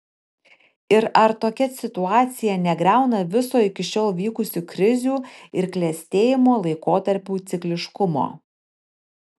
ir ar tokia situacija negriauna viso iki šiol vykusių krizių ir klestėjimo laikotarpių cikliškumo